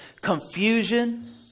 confusion